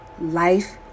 life